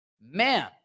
man